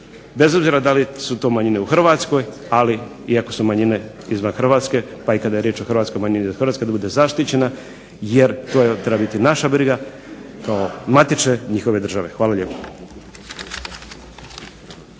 bez obzira da li su to manjine u Hrvatskoj ali iako su manjine izvan Hrvatske pa i kada je riječ o hrvatskoj manjini … bude zaštićena jer to treba biti naša briga kao matične njihove države. Hvala lijepo.